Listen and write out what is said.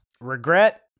Regret